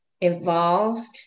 involved